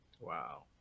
Wow